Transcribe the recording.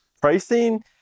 pricing